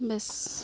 বেছ